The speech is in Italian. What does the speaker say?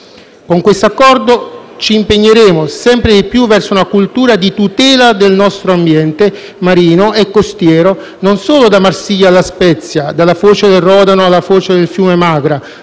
Con questo Accordo ci impegneremo sempre di più verso una cultura di tutela del nostro ambiente marino e costiero non solo da Marsiglia a La Spezia, dalla foce del Rodano alla foce del fiume Magra,